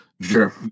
Sure